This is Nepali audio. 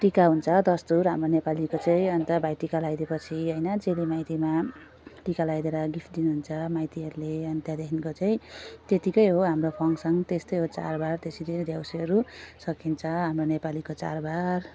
टिका हुन्छ दस्तुर हाम्रो नेपालीको चाहिँ अन्त भाइटिका लाइदिएपछि होइन चेली माइतीमा टिका लाइदिएर गिफ्ट दिनुहुन्छ माइतीहरूले अनि त्यहाँदेखिको चाहिँ त्यतिकै हो हाम्रो फङ्सन त्यस्तै हो चाडबाड त्यसरी नै देउँसीहरू सकिन्छ हाम्रो नेपालीको चाडबाड